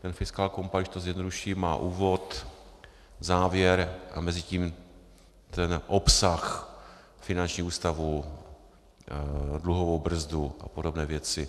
Ten fiskálkompakt, když to zjednoduším, má úvod, závěr a mezitím ten obsah finanční ústavu, dluhovou brzdu a podobné věci.